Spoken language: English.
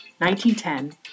1910